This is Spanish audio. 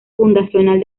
fundacional